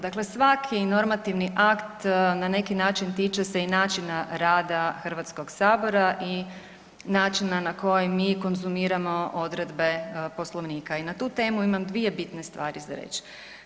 Dakle, svaki normativni akt na neki način tiče se i načina rada HS-a i načina na koji mi konzumiramo odredbe Poslovnika i na tu temu imam dvije bitne stvari za reći.